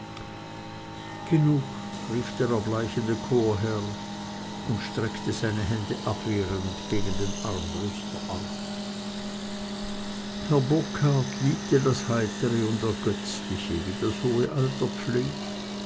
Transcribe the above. genug rief der erbleichende chorherr und streckte seine hände abwehrend gegen den armbruster aus herr burkhard liebte das heitere und ergötzliche wie das hohe alter